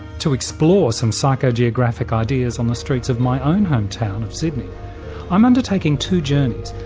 to explore some psychogeographic ideas on the streets of my own hometown of sydney i'm undertaking two journeys,